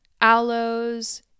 aloes